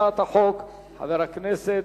אם כן, רבותי, הצעת חוק זו עברה בקריאה שלישית,